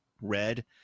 red